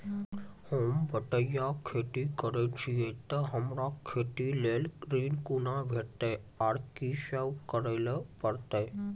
होम बटैया खेती करै छियै तऽ हमरा खेती लेल ऋण कुना भेंटते, आर कि सब करें परतै?